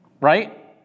right